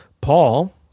Paul